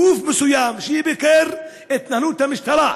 גוף מסוים שיבקר את התנהלות המשטרה.